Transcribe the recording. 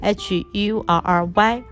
hurry